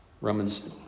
Romans